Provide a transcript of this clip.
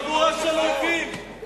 חבורה של אויבים.